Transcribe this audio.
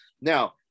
Now